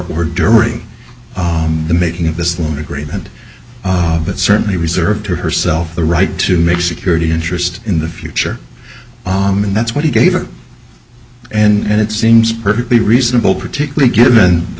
or during the making of this loan agreement but certainly reserve to herself the right to make security interest in the future and that's what he gave her and it seems perfectly reasonable particularly given the